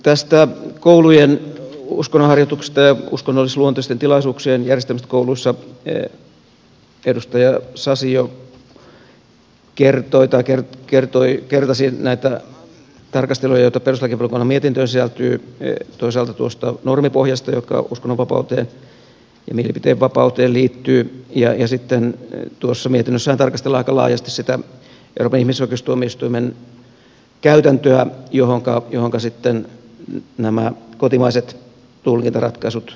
tästä koulujen uskonnonharjoituksesta ja uskonnollisluonteisten tilaisuuksien järjestämisestä kouluissa edustaja sasi jo kertoi tai kertasi näitä tarkasteluja joita perustuslakivaliokunnan mietintöön sisältyy toisaalta tuosta normipohjasta joka uskonnonvapauteen ja mielipiteenvapauteen liittyy ja sitten tuossa mietinnössähän tarkastellaan aika laajasti sitä euroopan ihmisoikeustuomioistuimen käytäntöä johonka sitten nämä kotimaiset tulkintaratkaisut nojaavat